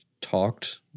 talked